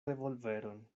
revolveron